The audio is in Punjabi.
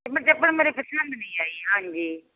ਚੱਪਲ ਮੇਰੇ ਪਸੰਦ ਨਹੀਂ ਆਈ ਹਾਂਜੀ